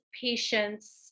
patients